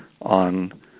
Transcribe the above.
on